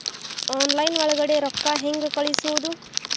Online ಒಳಗಡೆ ರೊಕ್ಕ ಹೆಂಗ್ ಕಳುಹಿಸುವುದು?